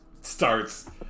starts